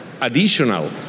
additional